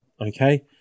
okay